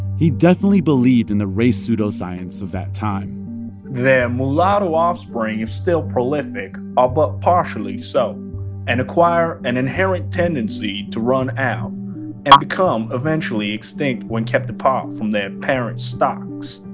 he definitely believed in the race pseudoscience of that time their mulatto offspring, if still prolific, are but partially so and acquire an inherent tendency to run out and become eventually extinct when kept apart from their parents stocks.